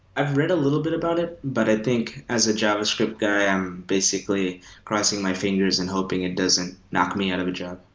i've read a little bit about it, but i think as a javascript guy, i'm basically crossing my fingers and hoping it doesn't knock me out of a job.